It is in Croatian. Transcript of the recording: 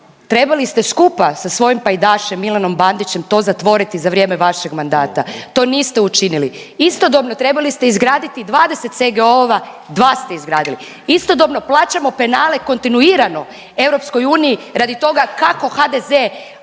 trebali ste skupa sa svojim pajdašem Milanom Bandićem to zatvoriti za vrijeme vašeg mandata, to niste učinili. Istodobno trebali ste izgraditi 20 SGO-ova dva ste izgradili, istodobno plaćamo penale kontinuirano EU radi toga kako HDZ